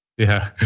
yeah.